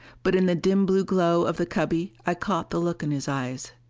but in the dim blue glow of the cubby, i caught the look in his eyes.